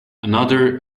another